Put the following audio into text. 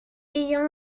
ayant